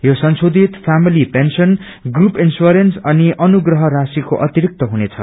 यो संशोषित family pension group insurance अनिअनुग्रह राशिको अतिरिक्त हुनेछ